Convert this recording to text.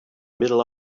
middle